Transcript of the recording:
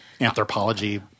anthropology